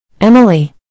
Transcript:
Emily